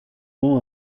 mañ